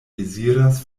deziras